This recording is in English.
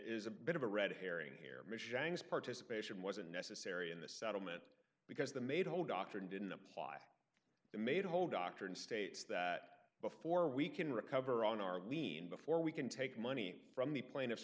is a bit of a red herring here participation wasn't necessary in the settlement because the made whole doctrine didn't apply the made whole doctrine states that before we can recover on arlene before we can take money from the plaintiff